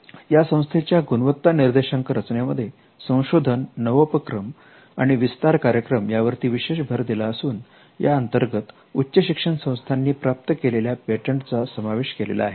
या संस्थेच्या गुणवत्ता निर्देशांक रचनेमध्ये संशोधन नवोपक्रम आणि विस्तार कार्यक्रम यावरती विशेष भर दिला असून याअंतर्गत उच्च शिक्षण संस्थांनी प्राप्त केलेल्या पेटंटचा समावेश केलेला आहे